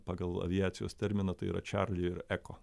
pagal aviacijos terminą tai yra čarli ir eko